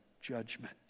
judgment